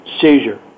seizure